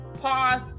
pause